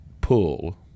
pull